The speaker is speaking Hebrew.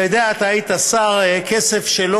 אתה יודע, אתה היית שר, כסף שלא